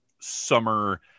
summer